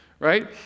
Right